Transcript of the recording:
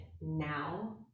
now